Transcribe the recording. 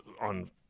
on